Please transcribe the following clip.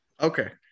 Okay